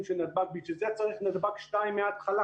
של נתב"ג ובשביל זה צריך נתב"ג 2 מהתחלה